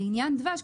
לעניין דבש,